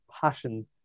passions